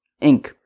ink